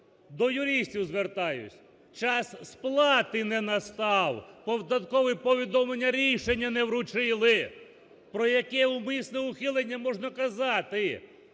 До юристів звертаюсь, час сплати не настав, податкові повідомлення-рішення не вручили, про яке умисне ухилення можна казати?